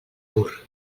pur